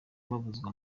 babuzwa